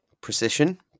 Precision